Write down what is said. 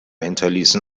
hinterließen